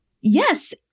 Yes